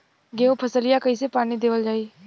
गेहूँक फसलिया कईसे पानी देवल जाई?